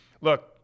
look